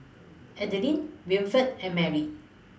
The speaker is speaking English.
Adelyn Winifred and Marry